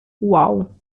uau